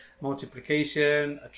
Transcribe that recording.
multiplication